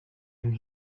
and